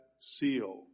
seal